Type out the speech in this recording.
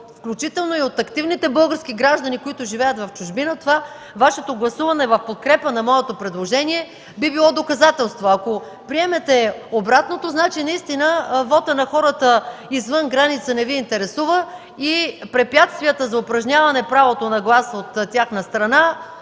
включително и от активните български граждани, които живеят в чужбина, Вашето гласуване в подкрепа на моето предложение би било доказателство. Ако приемете обратното, значи вотът на хората извън граница не Ви интересува и препятствията за упражняване правото на глас от тяхна страна